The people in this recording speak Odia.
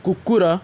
କୁକୁର